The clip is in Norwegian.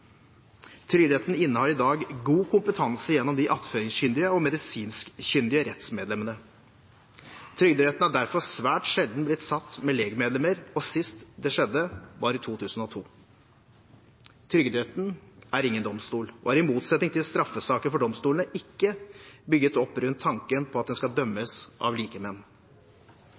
Trygderetten innehar i dag god kompetanse gjennom de attføringskyndige og medisinskkyndige rettsmedlemmene. Trygderetten har derfor svært sjelden blitt satt med legmedlemmer, og sist det skjedde, var i 2002. Trygderetten er ingen domstol og er i motsetning til straffesaker for domstolene ikke bygget opp rundt tanken om at en skal